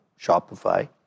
Shopify